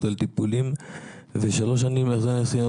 הביטחון עליו ויש לי בעיות לעלות איתו